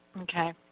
Okay